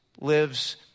lives